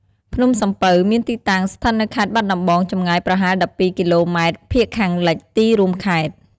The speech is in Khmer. ភ្នំសំពៅ មានទីតាំង ស្ថិតនៅខេត្តបាត់ដំបង ចម្ងាយប្រហែល ១២ គីឡូម៉ែត្រភាគខាងលិចទីរួមខេត្ត។